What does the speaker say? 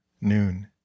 noon